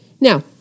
Now